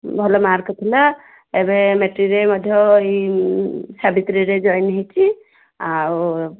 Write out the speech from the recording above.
ଭଲ ମାର୍କ ଥିଲା ଏବେ ମେଟ୍ରିକ୍ରେ ମଧ୍ୟ ଏଇ ସାବିତ୍ରୀରେ ଜଏନ୍ ହୋଇଛି ଆଉ